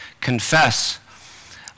confess